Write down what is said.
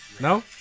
No